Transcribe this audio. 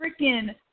freaking